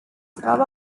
troba